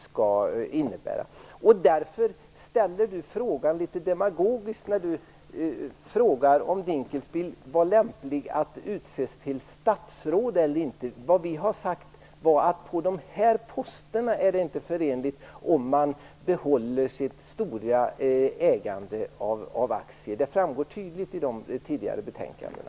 Håkan Holmberg ställer frågan litet demagogiskt när han frågar om Dinkelspiel var lämplig att utses till statsråd eller inte. Vi har sagt att på dessa poster är det inte lämpligt att man behåller sitt stora ägande av aktier. Det framgår tydligt i de tidigare betänkandena.